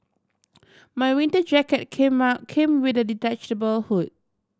my winter jacket came came with a detachable hood